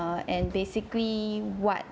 and basically what